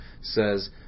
says